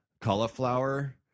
cauliflower